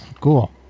Cool